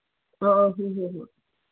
ꯑ ꯑ ꯍꯣꯏ ꯍꯣꯏ ꯍꯣꯏ